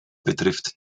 betrifft